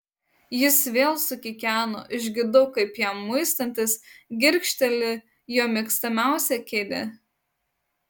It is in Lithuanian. jis vėl sukikeno išgirdau kaip jam muistantis girgžteli jo mėgstamiausia kėdė